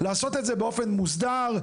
לעשות את זה באופן מוסדר,